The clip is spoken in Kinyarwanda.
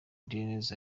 daniels